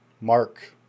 mark